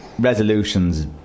resolutions